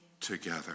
together